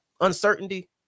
uncertainty